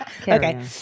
okay